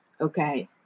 okay